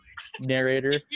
Narrator